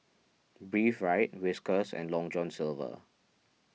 Breathe Right Whiskas and Long John Silver